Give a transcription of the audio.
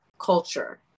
culture